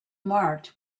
marked